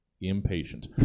impatient